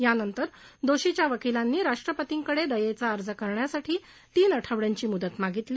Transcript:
यानंतर दोषीच्या वकिलांनी राष्ट्रपतींकडे दयेचा अर्ज करण्यासाठी तीन आठवड्यांची मुदत मागितली